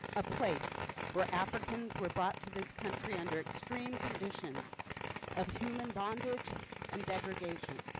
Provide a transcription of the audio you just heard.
a place where africans were brought to this country under extreme conditions of human bondage and degredation.